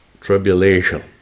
Tribulation